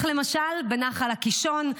כך למשל בנחל הקישון,